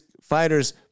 fighters